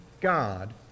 God